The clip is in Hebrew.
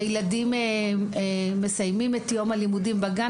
אחרי שהילדים מסיימים את יום הלימודי בגן